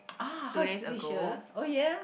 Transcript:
ah how is Felicia oh ya